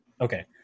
Okay